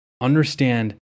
understand